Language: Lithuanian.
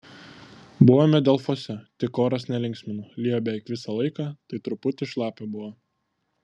buvome delfuose tik oras nelinksmino lijo beveik visą laiką tai truputį šlapia buvo